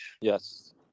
Yes